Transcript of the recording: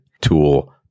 tool